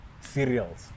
cereals